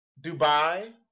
Dubai